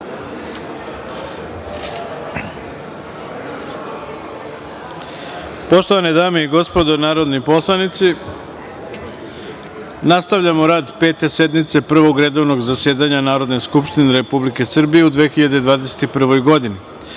Poštovane dame i gospodo narodni poslanici, nastavljamo rad Pete sednice Prvog redovnog zasedanja Narodne skupštine Republike Srbije u 2021. godini. Na